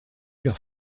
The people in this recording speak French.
leurs